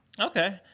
Okay